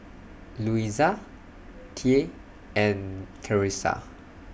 Louisa Thea and Clarisa